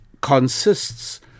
consists